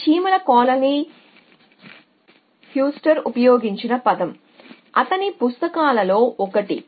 ఈ చీమల కాలనీ హోస్టెడర్ ఉపయోగించిన పదం అతని పుస్తకాలలో ఒకటి